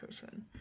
person